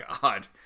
God